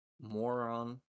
moron